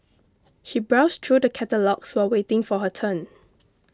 she browsed through the catalogues while waiting for her turn